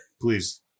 please